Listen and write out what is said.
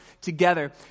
together